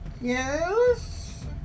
Yes